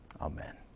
Amen